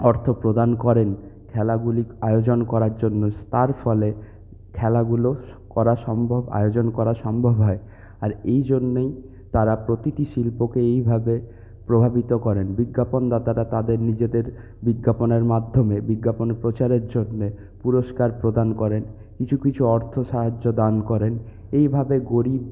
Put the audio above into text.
অর্থ প্রদান করেন খেলাগুলি আয়োজন করার জন্য তার ফলে খেলাগুলো করা সম্ভব আয়োজন করা সম্ভব হয় আর এই জন্যেই তারা প্রতিটি শিল্পকে এইভাবে প্রভাবিত করেন বিজ্ঞাপনদাতারা তাদের নিজেদের বিজ্ঞাপনের মাধ্যমে বিজ্ঞাপন প্রচারের জন্য পুরস্কার প্রদান করেন কিছু কিছু অর্থ সাহায্য দান করেন এইভাবে গরিব